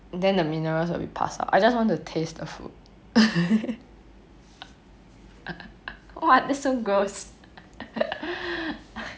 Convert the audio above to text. then the minerals will be passed out I just want to taste the food what that is so gross